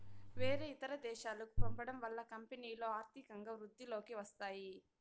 వేరే ఇతర దేశాలకు పంపడం వల్ల కంపెనీలో ఆర్థికంగా వృద్ధిలోకి వస్తాయి